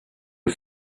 who